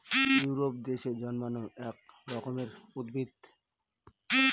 Europe দেশে জন্মানো এক রকমের উদ্ভিদ